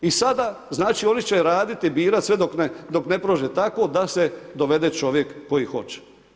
I sada znači oni će radit, birat sve dok ne prođe tako da se dovede čovjek koji hoće.